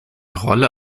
rolle